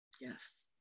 yes